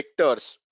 vectors